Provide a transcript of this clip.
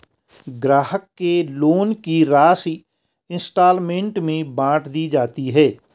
ग्राहक के लोन की राशि इंस्टॉल्मेंट में बाँट दी जाती है